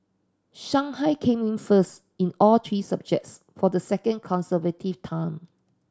Shanghai came in first in all three subjects for the second consecutive time